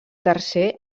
tercer